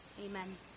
Amen